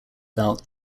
belt